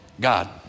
God